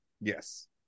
Yes